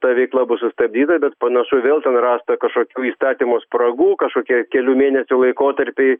ta veikla bus sustabdyta bet panašu vėl ten rasta kažkokių įstatymų spragų kažkokie kelių mėnesių laikotarpiai